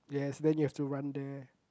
yes then you have to run there